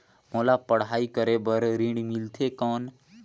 मोला पढ़ाई करे बर ऋण मिलथे कौन?